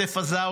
בעוטף עזה,